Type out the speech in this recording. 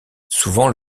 souvent